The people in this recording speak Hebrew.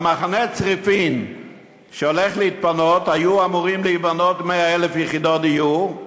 על מחנה צריפין שהולך להתפנות היו אמורות להיבנות 100,000 יחידות דיור.